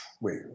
Wait